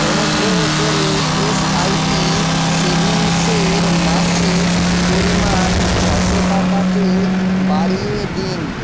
অনুগ্রহ করে S I P সেভিংসের মাসিক পরিমাণ ছশো টাকাতে বাড়িয়ে দিন